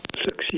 succeed